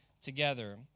together